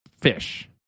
fish